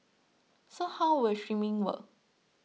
so how will streaming work